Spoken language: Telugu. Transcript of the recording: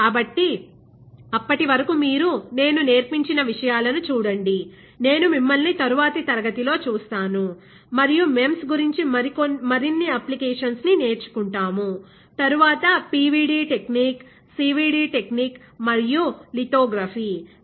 కాబట్టి అప్పటి వరకు మీరు నేను నేర్పించిన విషయాలను చూడండి నేను మిమ్మల్ని తరువాతి తరగతిలో చూస్తాను మరియు MEMS గురించి మరిన్ని అప్లికేషన్స్ ని నేర్చుకుంటాము తరువాత పివిడి టెక్నిక్ సివిడి టెక్నిక్ మరియు లితోగ్రఫీlithography